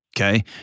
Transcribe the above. Okay